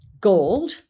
gold